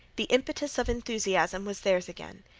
the impetus of enthusiasm was theirs again.